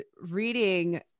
reading